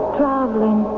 traveling